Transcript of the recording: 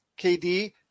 KD